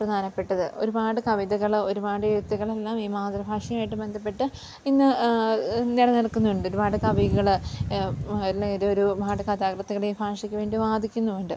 പ്രധാനപ്പെട്ടത് ഒരുപാട് കവിതകൾ ഒരുപാട് എഴുത്തുകളെല്ലാം ഈ മാതൃഭാഷയുമായിട്ട് ബന്ധപ്പെട്ട് ഇന്ന് നിലനിൽക്കുന്നുണ്ട് ഒരുപാട് കവികൾ അല്ലേ ഇതൊരു ഒരുപാട് കഥാകൃത്തുകൾ ഈ ഭാഷയ്ക്കു വേണ്ടി വാദിക്കുന്നുമുണ്ട്